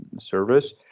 service